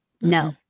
No